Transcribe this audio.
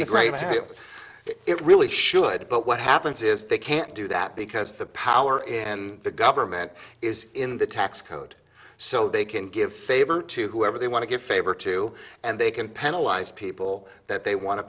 great it really should but what happens is they can't do that because the power in the government is in the tax code so they can give favor to whoever they want to give favor to and they can penalize people that they want to